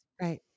Right